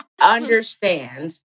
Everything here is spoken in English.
understand